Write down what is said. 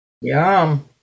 Yum